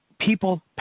People